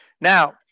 Now